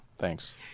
Thanks